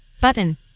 Button